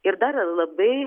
ir dar labai